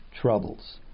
troubles